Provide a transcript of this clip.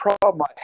problem